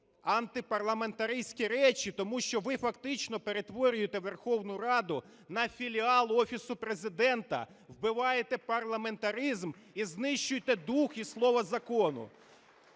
антипарламентариські речі, тому що ви фактично перетворюєте Верховну Раду на філіал Офісу Президента, вбиваєте парламентаризм і знищуєте дух і слово закону.